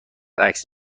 عکس